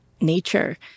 nature